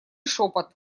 шепот